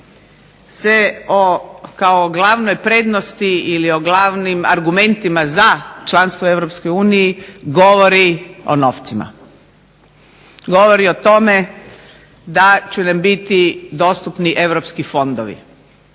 o kao glavnoj prednosti ili o glavnim argumentima za članstvo u Europskoj uniji govori o novcima, govori o tome da će nam biti dostupni europski fondovi